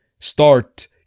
start